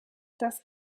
das